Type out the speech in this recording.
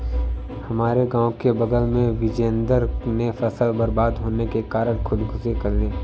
हमारे गांव के बगल में बिजेंदर ने फसल बर्बाद होने के कारण खुदकुशी कर ली